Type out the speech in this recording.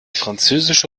französische